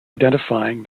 identifying